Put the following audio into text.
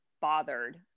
bothered